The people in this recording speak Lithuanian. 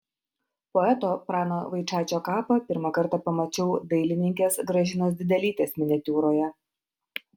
poeto prano vaičaičio kapą pirmą kartą pamačiau dailininkės gražinos didelytės miniatiūroje